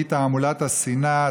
והיא תעמולת השנאה,